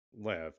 left